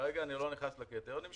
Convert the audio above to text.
אני לא נכנס כרגע לקריטריונים שלו,